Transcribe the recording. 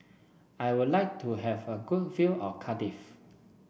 I would like to have a good view of Cardiff